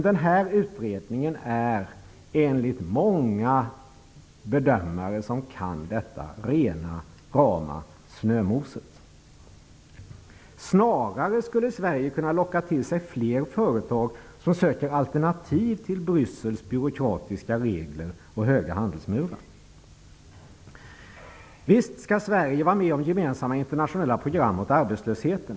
Men utredningen är enligt många kunniga bedömare rena rama snömoset. Snarare skulle Sverige kunna locka till sig fler företag som söker alternativ till Bryssels byråkratiska regler och höga handelsmurar. Visst skall Sverige vara med när det gäller internationella program mot arbetslösheten.